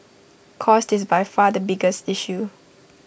cost is by far the biggest issue